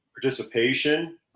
participation